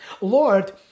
Lord